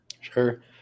sure